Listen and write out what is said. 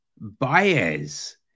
Baez